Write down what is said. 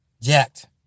Jacked